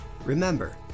Remember